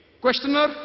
questioner